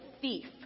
thief